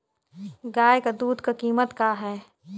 गाय क दूध क कीमत का हैं?